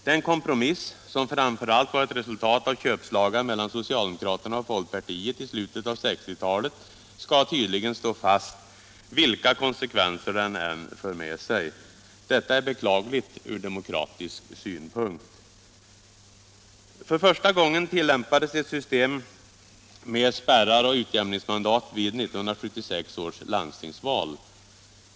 Den kompromiss som framför allt var ett resultat av köpslagan mellan socialdemokraterna och folkpartiet i slutet av 1960-talet skall tydligen stå fast, vilka konsekvenser den än för med sig. Detta är beklagligt från demokratisk synpunkt. För första gången tillämpades år 1976 ett system med spärrar och utjämningsmandat vid landstingsval.